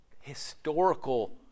historical